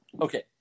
Okay